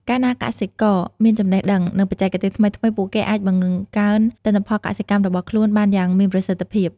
កាលណាកសិករមានចំណេះដឹង និងបច្ចេកទេសថ្មីៗ ពួកគេអាចបង្កើនទិន្នផលកសិកម្មរបស់ខ្លួនបានយ៉ាងមានប្រសិទ្ធភាព។